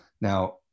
Now